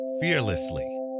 fearlessly